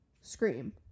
scream